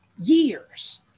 years